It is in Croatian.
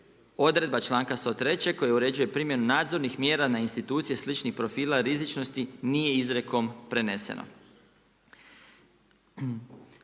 odredba članka 103. koja uređuje primjenu nadzornih mjera na institucije sličnih profila rizičnosti nije izrijekom preneseno.